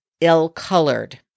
ill-colored